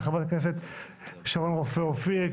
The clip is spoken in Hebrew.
לחברת הכנסת שרון רופא אופיר,